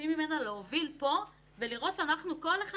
שנעשו פה, כי נאמרו כל מיני דברים,